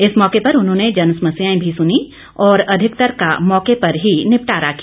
इस मौके पर उन्होंने जनसमस्याएं भी सनी और अधिकतर का मौके पर ही निपटारा किया